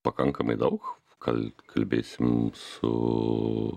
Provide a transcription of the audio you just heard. pakankamai daug kal kalbėsim su